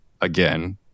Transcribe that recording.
again